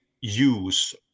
use